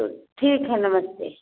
तो ठीक है नमस्ते